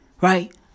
Right